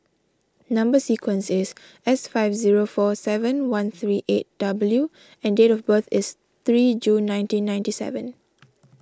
Number Sequence is S five zero four seven one three eight W and date of birth is three June nineteen ninety seven